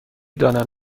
دانم